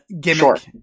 gimmick